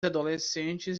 adolescentes